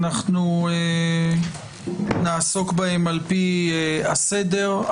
אנחנו נעסוק בהם על-פי הסדר.